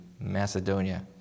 Macedonia